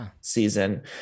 season